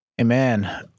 Amen